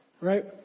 right